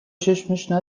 چشم